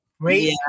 Great